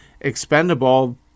expendable